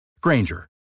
Granger